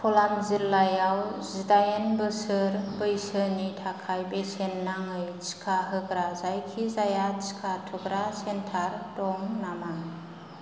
क'लाम जिल्लायाव जिदाइन बोसोर बैसोनि थाखाय बेसेन नाङै टिका होग्रा जायखिजाया टिका थुग्रा सेन्टार दङ नामा